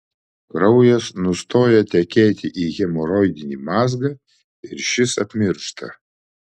kraujas nustoja tekėti į hemoroidinį mazgą ir šis apmiršta